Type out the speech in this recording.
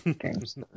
games